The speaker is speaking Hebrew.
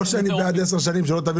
דנים